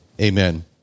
amen